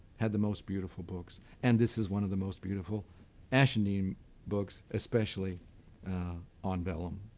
had the most beautiful books and this is one of the most beautiful ashendene books, especially on vellum.